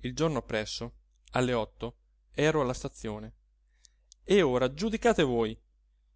il giorno appresso alle otto ero alla stazione e ora giudicate voi